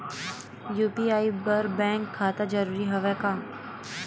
UPI बर bank खाता जरूरी हवय का?